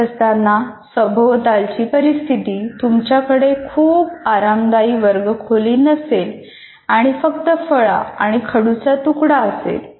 शिकत असताना सभोवतालची परिस्थिती तुमच्याकडे खूप आरामदायी वर्गखोली नसेल आणि फक्त फळा आणि खडूचा तुकडा असेल